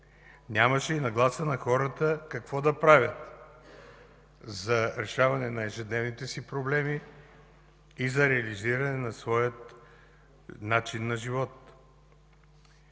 Нямаше и нагласа на хората какво да правят за решаване на ежедневните си проблеми и за реализиране на своя начин на живот.